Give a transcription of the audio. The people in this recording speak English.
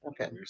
Okay